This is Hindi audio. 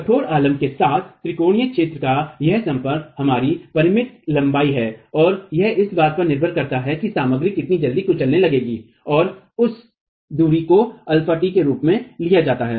कठोर आलम्ब के साथ त्रिकोणीय क्षेत्र का यह संपर्क हमारी परिमित लंबाई है और यह इस बात पर निर्भर करता है कि सामग्री कितनी जल्दी कुचलने लगेगी और उस दूरी को αt के रूप में लिया जाता है